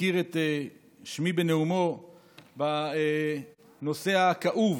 שהזכיר את שמי בנאומו בנושא הכאוב